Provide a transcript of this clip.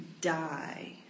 die